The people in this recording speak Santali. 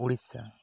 ᱳᱰᱤᱥᱟ